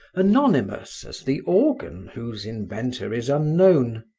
anonymous as the organ whose inventor is unknown.